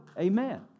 amen